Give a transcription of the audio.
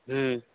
ह्म्म